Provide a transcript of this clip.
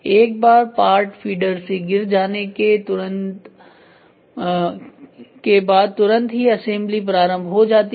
एक बार part feeder से गिर जाने के बाद तुरंत ही असेंबली प्रारंभ हो जाती है